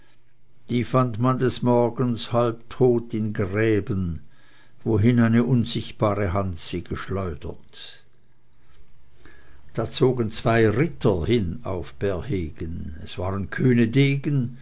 die fand man des morgens halb tot in gräben wohin eine unsichtbare hand sie geschleudert da zogen zwei ritter hin auf bärhegen es waren kühne degen